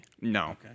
No